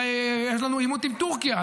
יש לנו עימות עם טורקיה,